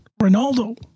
Ronaldo